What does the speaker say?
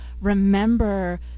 remember